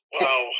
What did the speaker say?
Wow